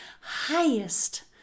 highest